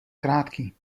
krátký